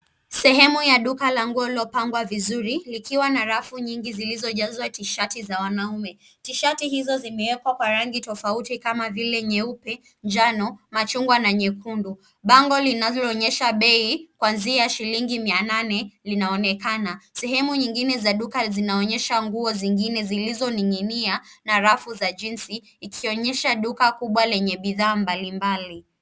Sehemu ya duka la nguo lililopangwa vizuri likiwa na rafu nyingi zilizojazwa tishati za wanaume. Tishati hizo zimewekwa kwa rangi tofauti kama vile nyeupe, njano, machungwa, na nyekundu. Bango linaonyesha bei kuanzia shilingi mia nane linaonekana. Sehemu nyingine za duka zinaonyesha nguo zingine, zilizoning'inia na rafu za jinsi, ikionyesha duka kubwa lenye bidhaa mbalimbali.